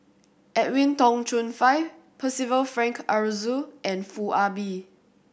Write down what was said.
Edwin Tong Chun Fai Percival Frank Aroozoo and Foo Ah Bee